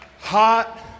hot